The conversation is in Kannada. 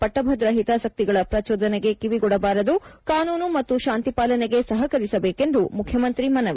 ಕರ್ನಾಟಕದಲ್ಲಿ ಜನರು ಪಟ್ಪಭದ್ರ ಹಿತಾಸಕ್ತಿಗಳ ಪ್ರಚೋದನೆಗೆ ಕಿವಿಗೊಡಬಾರದು ಕಾನೂನು ಮತ್ತು ಶಾಂತಿಪಾಲನೆಗೆ ಸಹಕರಿಸಬೇಕೆಂದು ಮುಖ್ಯಮಂತ್ರಿ ಮನವಿ